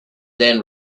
then